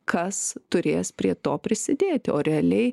kas turės prie to prisidėti o realiai